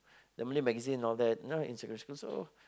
the Malay magazine and all that you know in secondary school so